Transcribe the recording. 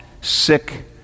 sick